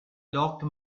locked